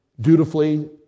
dutifully